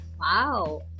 Wow